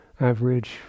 average